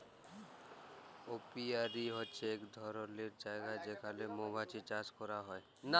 apiary হছে ইক ধরলের জায়গা যেখালে মমাছি চাষ ক্যরা হ্যয়